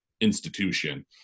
institution